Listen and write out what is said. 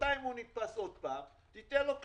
מחרתיים הוא נתפס עוד פעם תן לו קנס.